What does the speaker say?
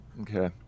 Okay